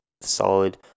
solid